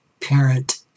parent